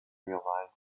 realized